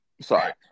sorry